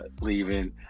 leaving